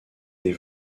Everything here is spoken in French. des